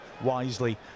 wisely